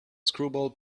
screwball